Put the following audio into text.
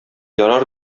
ярар